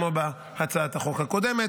כמו בהצעת החוק הקודמת,